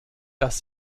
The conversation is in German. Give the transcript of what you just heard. dass